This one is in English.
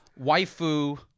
Waifu